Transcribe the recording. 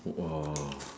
!wah!